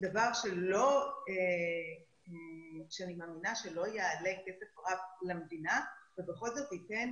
דבר שאני מאמינה שלא יעלה כסף רב למדינה ובכל זאת ייתן